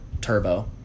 Turbo